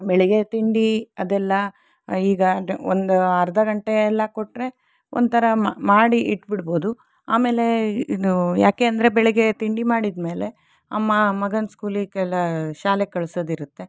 ಬೆಳಗ್ಗೆ ತಿಂಡಿ ಅದೆಲ್ಲ ಈಗ ಒಂದು ಅರ್ಧ ಗಂಟೆ ಎಲ್ಲ ಕೊಟ್ರೆ ಒಂಥರ ಮಾ ಮಾಡಿ ಇಟ್ಟು ಬಿಡ್ಬೋದು ಆಮೆಲೇ ಇದು ಯಾಕೆಂದ್ರೆ ಬೆಳಗ್ಗೆ ತಿಂಡಿ ಮಾಡಿದ ಮೇಲೆ ಅಮ್ಮ ಮಗನ ಸ್ಕೂಲಿಗೆಲ್ಲ ಶಾಲೆಗೆ ಕಳಿಸೋದು ಇರತ್ತೆ